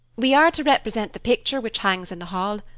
we are to represent the picture which hangs in the hall.